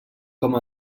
com